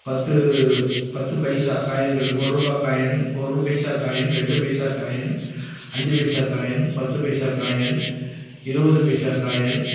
பத்து பத்து பைசா காயின்கள் ஒருரூபா காயின் ஒரு பைசா காயின் ரெண்டு பைசா காயின் அஞ்சு பைசா காயின் பத்து பைசா காயின் இருவது பைசா காயின்